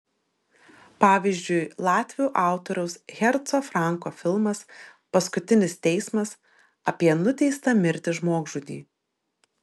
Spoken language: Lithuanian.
pavyzdžiui latvių autoriaus herco franko filmas paskutinis teismas apie nuteistą mirti žmogžudį